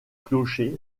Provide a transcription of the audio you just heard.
clocher